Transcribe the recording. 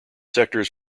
sectors